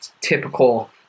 typical